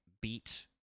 beat